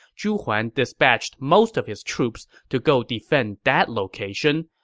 zhu huan dispatched most of his troops to go defend that location,